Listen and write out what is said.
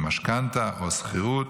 משכנתה, שכירות,